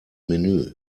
menü